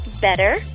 better